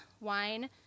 wine